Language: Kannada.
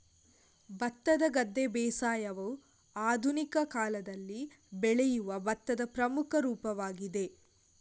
ಭತ್ತದ ಗದ್ದೆ ಬೇಸಾಯವು ಆಧುನಿಕ ಕಾಲದಲ್ಲಿ ಬೆಳೆಯುವ ಭತ್ತದ ಪ್ರಮುಖ ರೂಪವಾಗಿದೆ